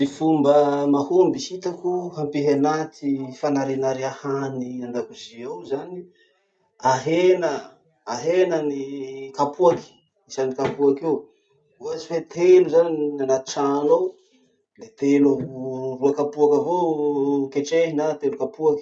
Ty fomba mahomby hitako hampihenà ty fanarianaria hany an-dakozy ao zany, ahena ny kapoaky, isan'ny kapoaky. Ohatsy hoe telo ny anaty trano ao, le telo, roa kapoaky avao ketrehy na telo kapoaky.